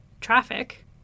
traffic